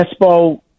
Espo